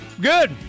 good